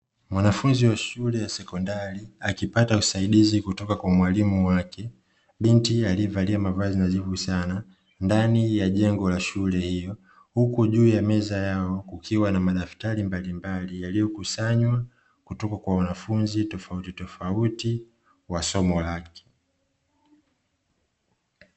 Mwanafunzi wa shule ya sekondari, akipata usaidizi kutoka kwa mwalimu wake. Binti aliyevalia mavazi nadhifu sana, ndani ya jengo la shule hiyo huku juu ya meza yao kukiwa na madaftari mbalimbali, yaliyokusanywa kutoka kwa wanafunzi tofautitofauti wa somo lake.